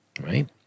right